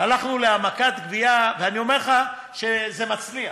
הלכנו להעמקת גבייה, ואני אומר לך שזה מצליח.